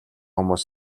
хүмүүс